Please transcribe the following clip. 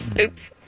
Oops